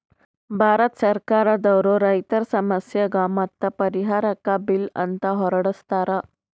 ಭಾರತ್ ಸರ್ಕಾರ್ ದವ್ರು ರೈತರ್ ಸಮಸ್ಯೆಗ್ ಮತ್ತ್ ಪರಿಹಾರಕ್ಕ್ ಬಿಲ್ ಅಂತ್ ಹೊರಡಸ್ತಾರ್